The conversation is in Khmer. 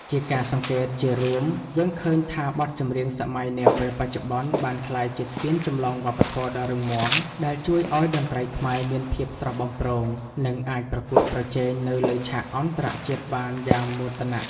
ជាការសង្កេតជារួម យើងឃើញថាបទចម្រៀងសម័យនាពេលបច្ចុប្បន្នបានក្លាយជាស្ពានចម្លងវប្បធម៌ដ៏រឹងមាំ ដែលជួយឱ្យតន្ត្រីខ្មែរមានភាពស្រស់បំព្រង និងអាចប្រកួតប្រជែងនៅលើឆាកអន្តរជាតិបានយ៉ាងមោទនៈ។